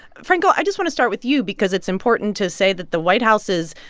franco, i just want to start with you because it's important to say that the white house is,